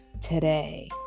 today